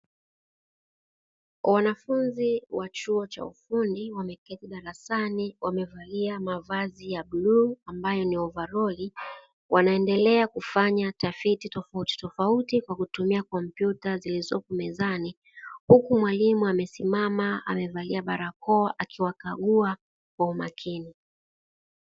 Wanafunzi wa chuo cha ufundi wameketi darasani wamevalia mavazi ya bluu ambayo ni ovaroli, wanaendelea kufanya tafiti tofautitofauti kwa kutumia kompyuta zilizopo mezani, huku mwalimu amesimama amevalia barakoa akiwakaguwa kwa umakini.